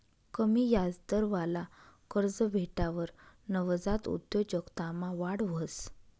कमी याजदरवाला कर्ज भेटावर नवजात उद्योजकतामा वाढ व्हस